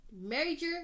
Major